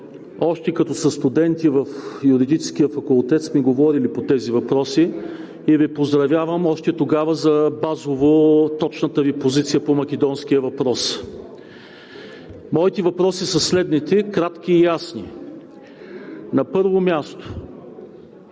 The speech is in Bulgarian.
още като състуденти в Юридическия факултет сме говорили по тези въпроси и Ви поздравявах още тогава за базово точната Ви позиция по македонския въпрос. Моите въпроси са следните, кратки и ясни. На първо място,